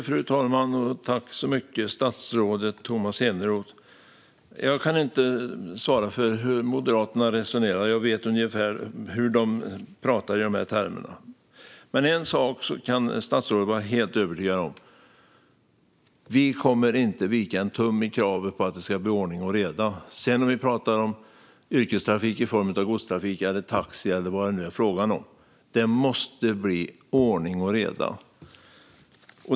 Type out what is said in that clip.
Fru talman! Jag kan inte svara för hur Moderaterna resonerar, även om jag vet ungefär hur de pratar i dessa termer. En sak kan dock statsrådet vara helt övertygad om: Vi kommer inte att vika en tum när det gäller kravet på att det ska bli ordning och reda, oavsett om vi pratar om yrkestrafik i form av godstrafik, taxi eller någonting annat. Det måste bli ordning och reda!